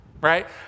right